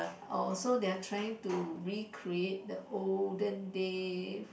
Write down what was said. oh so they're trying to recreate the olden day